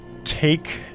take